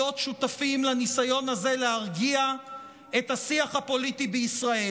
שותפים לניסיון הזה להרגיע את השיח הפוליטי בישראל,